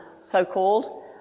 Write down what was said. so-called